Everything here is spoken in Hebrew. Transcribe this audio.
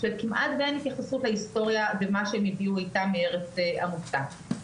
שכמעט ואין התייחסות להיסטוריה ומה שהם הביאו איתם מארץ המוצא.